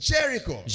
Jericho